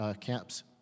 camps